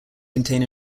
contain